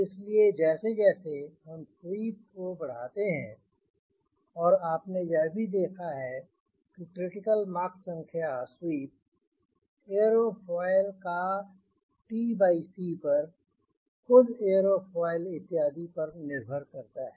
इसलिए जैसे जैसे हम स्वीप बढ़ाते हैं और आपने यह भी देखा है कि क्रिटिकल मॉक संख्या स्वीप एयरोफॉयल का tc पर तथा खुद एयरोफॉयल इत्यादि पर निर्भर करता है